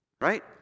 Right